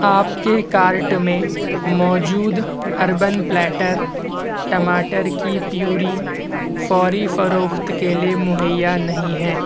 آپ کے کارٹ میں موجود اربن پلیٹر ٹماٹر کی پیوری فوری فروخت کے لیے مہیا نہیں ہے